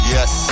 Yes